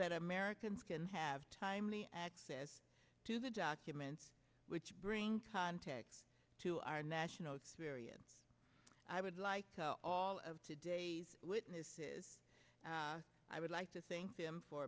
that americans can have timely access to the documents which bring context to our national experience i would like all of today's witnesses i would like to thank them for